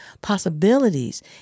possibilities